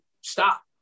stop